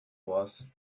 was